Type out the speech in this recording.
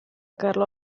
carlo